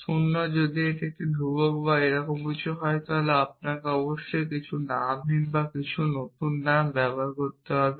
0 যদি এটি একটি ধ্রুবক বা এরকম কিছু হয় তবে আপনাকে অবশ্যই কিছু নামহীন কিছু নতুন নাম ব্যবহার করতে হবে